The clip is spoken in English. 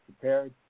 prepared